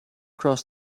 cross